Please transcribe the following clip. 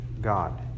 God